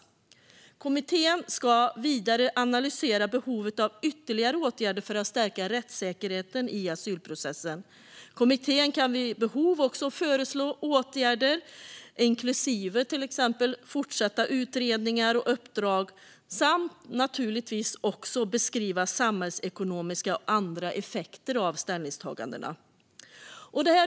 Kommittén ska vidare analysera behovet av ytterligare åtgärder för att stärka rättssäkerheten i asylprocessen. Kommittén kan vid behov föreslå åtgärder, inklusive till exempel fortsatta utredningar och uppdrag, samt naturligtvis också beskriva samhällsekonomiska och andra effekter av ställningstagandena.